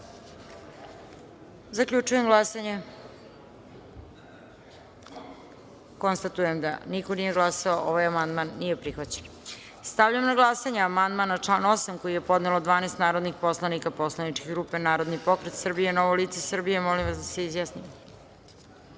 Srbije. Zaključujem glasanje. Konstatujem da niko nije glasao. Amandman nije prihvaćen. Stavljam na glasanje amandman na član 4. koji je podnelo 12 narodnih poslanika poslaničke grupe Narodni pokret Srbije – Novo lice Srbije. Zaključujem